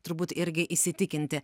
turbūt irgi įsitikinti